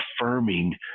affirming